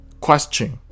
question